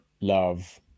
love